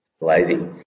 Lazy